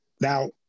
Now